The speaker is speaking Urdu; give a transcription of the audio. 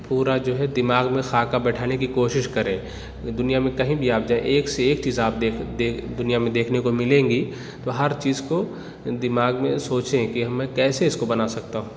پورا جو ہے دماغ میں خاکہ بیٹھانے کی کوشش کریں دُنیا میں کہیں بھی آپ جائیں ایک سے ایک چیز آپ دنیا میں دیکھنے کو ملیں گی تو ہر چیز کو دماغ میں سوچیں کہ ہمیں کیسے اِس کو بنا سکتا ہوں